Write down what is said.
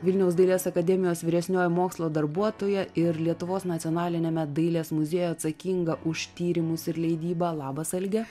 vilniaus dailės akademijos vyresnioji mokslo darbuotoja ir lietuvos nacionaliniame dailės muziejuje atsakinga už tyrimus ir leidybą labas alge